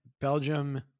Belgium